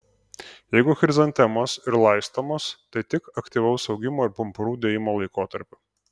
jeigu chrizantemos ir laistomos tai tik aktyvaus augimo ir pumpurų dėjimo laikotarpiu